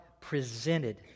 presented